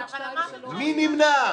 אבל אמרתם --- מי נמנע?